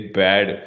bad